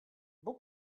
bon